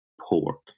pork